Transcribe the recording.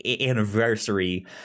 anniversary